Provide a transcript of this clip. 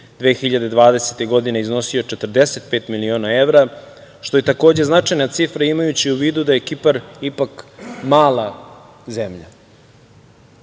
2020. godine iznosio 45 miliona evra, što je takođe značajna cifra imajući u vidu da je Kipar ipak mala zemlja.